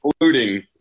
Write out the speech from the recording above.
including